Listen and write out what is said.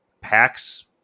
packs